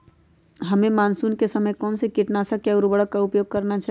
हमें मानसून के समय कौन से किटनाशक या उर्वरक का उपयोग करना चाहिए?